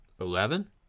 Eleven